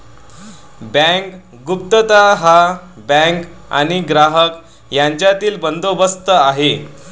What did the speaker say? bank गुप्तता हा bank आणि ग्राहक यांच्यातील बंदोबस्त आहे